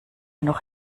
noch